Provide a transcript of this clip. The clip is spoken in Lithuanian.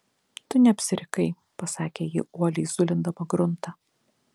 tu neapsirikai pasakė ji uoliai zulindama gruntą